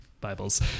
Bibles